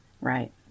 Right